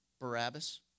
Barabbas